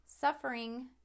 suffering